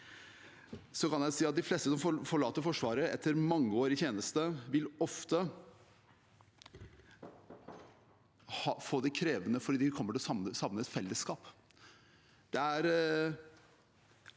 kan jeg si at de fleste som forlater Forsvaret etter mangeårig tjeneste, ofte vil få det krevende fordi de kommer til å savne et fellesskap.